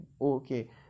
okay